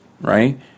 right